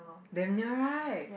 damn near right